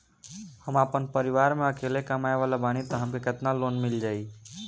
हम आपन परिवार म अकेले कमाए वाला बानीं त हमके केतना लोन मिल जाई?